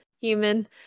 human